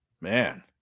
Man